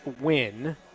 win